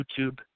YouTube